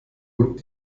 und